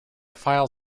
file